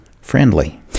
friendly